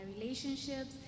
relationships